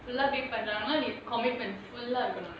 full ah pay பண்றங்கனா:pandraanganaa commitment full ah இருக்கணும்:irukanum